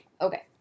Okay